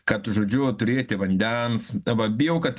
kad žodžiu turėti vandens dabar bijau kad